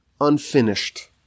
unfinished